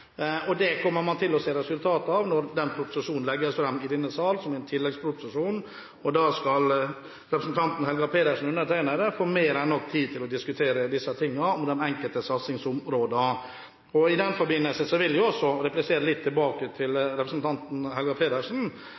oss. Det kommer man til å se resultatene av når den proposisjonen legges fram i denne salen som en tilleggsproposisjon. Da skal representanten Helga Pedersen og undertegnede få mer enn nok tid til å diskutere de ulike satsingsområdene. I den forbindelse vil jeg også replisere litt til representanten Helga Pedersen: